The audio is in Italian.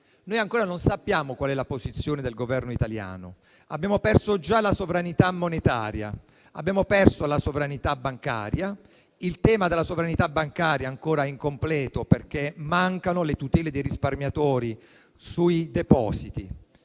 Noi ancora non sappiamo qual è la posizione del Governo italiano. Abbiamo perso già la sovranità monetaria e abbiamo perso la sovranità bancaria. Il tema della sovranità bancaria è ancora incompleto perché mancano le tutele dei risparmiatori sui depositi,